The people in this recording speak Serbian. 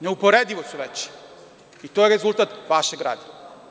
Neuporedivo su veći i to je rezultat vašeg rada.